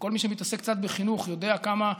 וכל מי שמתעסק קצת בחינוך יודע כמה שנים.